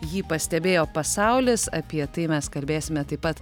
jį pastebėjo pasaulis apie tai mes kalbėsime taip pat